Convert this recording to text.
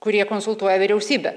kurie konsultuoja vyriausybę